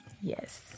Yes